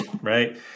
right